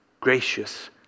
gracious